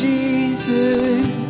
Jesus